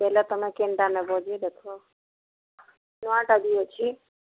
ବୋଇଲେ ତମେ କେନ୍ଟା ନବ ଯେ ଦେଖ ନୂଆଟା ବି ଅଛି